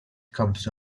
comes